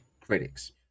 critics